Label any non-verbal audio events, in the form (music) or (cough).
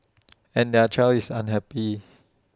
(noise) and their child is unhappy